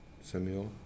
Samuel